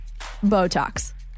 Botox